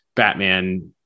Batman